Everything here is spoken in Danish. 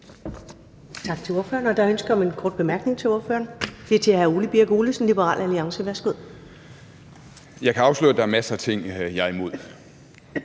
Jeg kan afsløre, at der er masser af ting, jeg er imod.